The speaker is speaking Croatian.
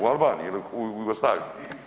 U Albaniji ili u Jugoslaviji?